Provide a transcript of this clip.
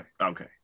okay